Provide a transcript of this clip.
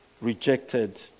rejected